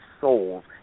souls